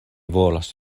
volas